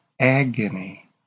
agony